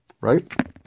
Right